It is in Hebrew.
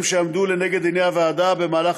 והם שעמדו לנגד עיני הוועדה במהלך